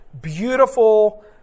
beautiful